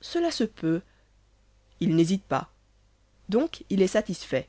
cela se peut il n'hésite pas donc qu'il est satisfait